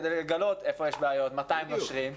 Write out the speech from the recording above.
כדי לגלות איפה יש בעיות ומתי הם נושרים,